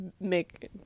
make